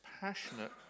passionate